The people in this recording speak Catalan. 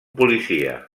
policia